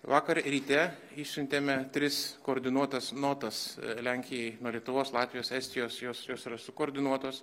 vakar ryte išsiuntėme tris koordinuotas notas lenkijai nuo lietuvos latvijos estijos jos jos yra sukoordinuotos